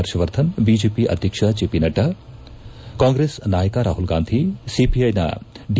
ಪರ್ಷವರ್ಧನ್ BJP ಆಧ್ವಕ್ಷ ಜೆಪಿನಡ್ಲಾ ಕಾಂಗ್ರೆಸ್ ನಾಯಕ Rahul Gandhi CPI ನ ಡಿ